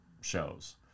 shows